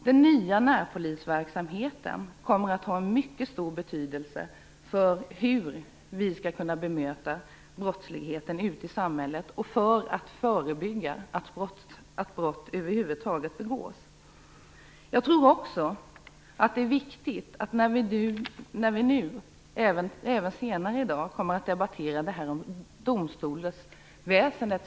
Den nya närpolisverksamheten kommer att ha en mycket stor betydelse för hur vi skall kunna bemöta brottsligheten ute i samhället och för hur vi skall kunna förebygga att brott över huvud taget begås. Senare i dag kommer vi att debattera förändringar i domstolsväsendet.